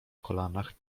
kolanach